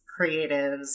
creatives